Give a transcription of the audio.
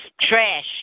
trash